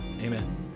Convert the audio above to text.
amen